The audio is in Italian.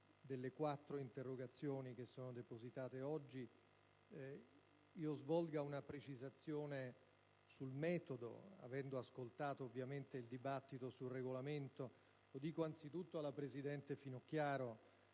delle quattro interrogazioni previste per la seduta odierna io svolga una precisazione sul metodo, avendo ascoltato, ovviamente, il dibattito sul Regolamento. Lo dico anzitutto alla presidente Finocchiaro: